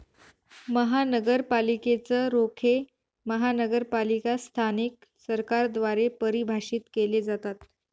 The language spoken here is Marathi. महानगरपालिकेच रोखे महानगरपालिका स्थानिक सरकारद्वारे परिभाषित केले जातात